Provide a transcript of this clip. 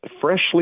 freshly